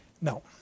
no